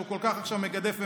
שהוא עכשיו כל כך מגדף ומחרף,